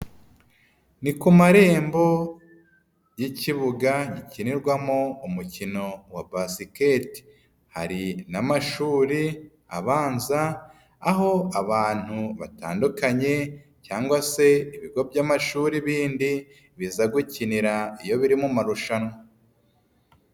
Ni ku marembo y'ikibuga gikinirwamo umukino wa basiketi. Hari n'amashuri abanza, aho abantu batandukanye cyangwa se ibigo by'amashuri bindi biza gukinira iyo biri mu marushanwa.